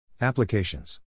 Applications